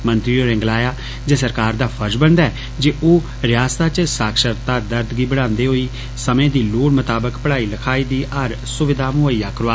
मंत्री होरें गलाया जे सरकार दा फर्ज बनदा ऐ जे ओह रियासता च साक्षरता दर गी बढ़ावा दिन्दे होई समय दी लोड़ मताबक पढ़ाई लखाई दी हर सुविधा मुहैय्या करोआ